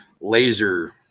laser